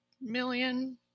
million